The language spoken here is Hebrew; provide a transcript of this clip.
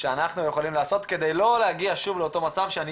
שאנחנו יכולים לעשות כדי לא להגיע שוב לאותו מצב שאני